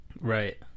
Right